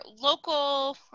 local